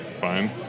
fine